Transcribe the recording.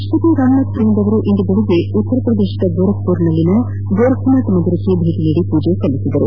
ರಾಷ್ಟ ಪತಿ ರಾಮನಾಥ ಕೋವಿಂದ್ ಅವರು ಇಂದು ಬೆಳಗ್ಗೆ ಉತ್ತರಪ್ರದೇಶದ ಗೋರಖ್ಪುರದಲ್ಲಿನ ಗೋರಖ್ನಾಥ್ ಮಂದಿರಕ್ಕೆ ಭೇಟಿ ನೀಡಿ ಪೂಜೆ ಸಲ್ಲಿಸಿದರು